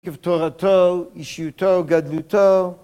עקב תורתו, אישיותו, גדלותו